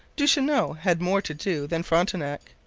duchesneau had more to do than frontenac,